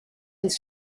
his